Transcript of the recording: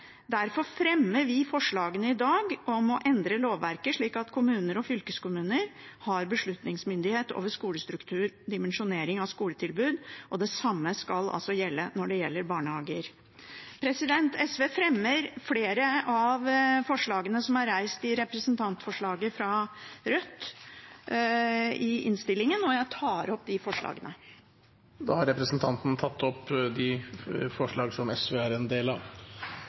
Derfor fremmer vi i dag forslagene om å endre lovverket slik at kommuner og fylkeskommuner har beslutningsmyndighet over skolestruktur og dimensjonering av skoletilbud, og det samme når det gjelder barnehager. SV fremmer flere av forslagene som er reist i representantforslaget fra Rødt, i innstillingen, og jeg tar opp de forslagene. Representanten Karin Andersen har tatt opp de